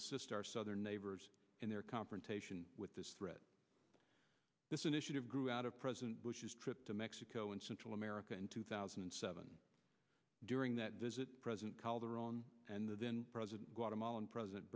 assist our southern neighbors in their confrontation with this threat this initiative grew out of president bush's trip to mexico and central america in two thousand and seven during that visit president calderon and the then president guatemalan president